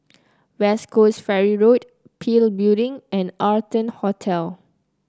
West Coast Ferry Road PIL Building and Arton Hotel